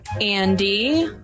Andy